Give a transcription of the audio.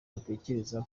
batekereza